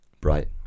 bright